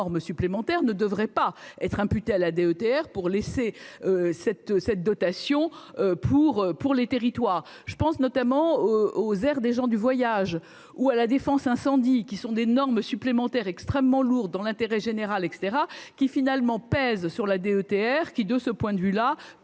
supplémentaires ne devraient pas être imputés à la DETR pour laisser cette cette dotation pour pour les territoires, je pense notamment aux airs des gens du voyage ou à la défense incendie qui sont des normes supplémentaires extrêmement lourde dans l'intérêt général et cetera qui finalement pèse sur la DETR qui, de ce point de vue-là